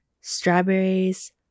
strawberries